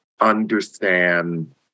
understand